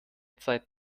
zeit